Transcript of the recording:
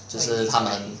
就是他们